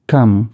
Come